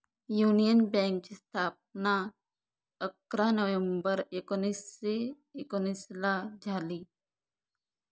union बँकेची स्थापना अकरा नोव्हेंबर एकोणीसशे एकोनिसला झाली